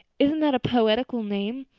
isn't that a poetical name?